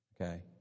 okay